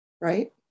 right